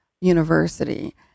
university